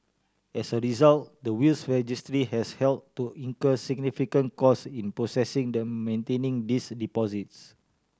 as a result the Wills Registry has had to incur significant costs in processing the maintaining these deposits